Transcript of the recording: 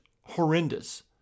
horrendous